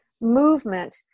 movement